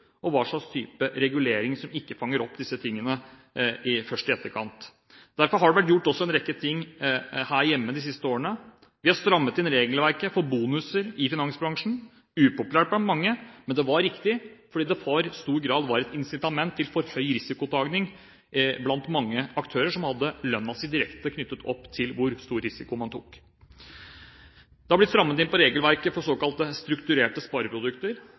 og hva slags type reguleringer som ikke fanger opp disse tingene før i etterkant. Derfor har det vært gjort en rekke ting her hjemme de siste årene. Vi har strammet inn regelverket for bonuser i finansbransjen. Det var upopulært blant mange, men det var riktig, fordi det i stor grad var et incitament til for høy risikotaking blant mange aktører som hadde lønnen sin direkte knyttet opp til hvor stor risiko man tok. Det har blitt strammet inn på regelverket for såkalte strukturerte spareprodukter.